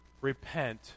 repent